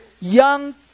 young